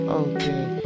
okay